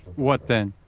what then?